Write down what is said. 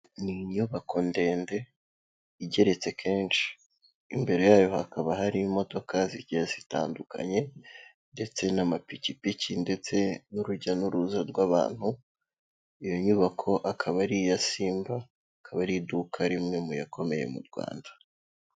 Ni inyubako ndende igeretse kenshi, imbere yayo hakaba hari imodoka zigiye zitandukanye ndetse n'amapikipiki ndetse n'urujya n'uruza rw'abantu, iyo nyubako akaba ari iya Simba, akaba ari iduka rimwe mu yakomeye mu Rwanda.